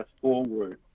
forward